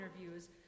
interviews